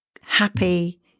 happy